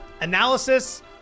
analysis